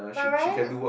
but Ryan